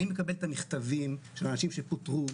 אני מקבל את המכתבים של האנשים שפוטרו